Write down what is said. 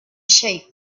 shape